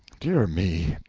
dear me,